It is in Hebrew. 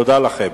תודה לכם.